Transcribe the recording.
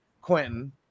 quentin